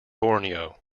borneo